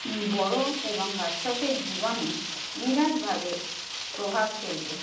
বড়ো এবং বাচ্চাদের জীবনে বিরাটভাবে প্রভাব ফেলবে